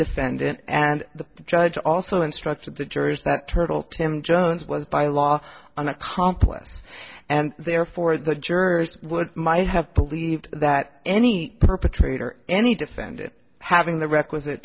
defendant and the judge also instructed the jurors that turtle tim jones was by law an accomplice and therefore the jurors would might have to leave that any perpetrator any defendant having the requisite